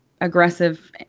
aggressive